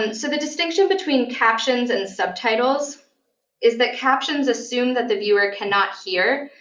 and so the distinction between captions and subtitles is that captions assume that the viewer cannot hear,